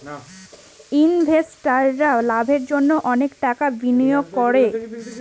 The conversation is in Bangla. ইনভেস্টাররা লাভের জন্য অনেক টাকা বিনিয়োগ করে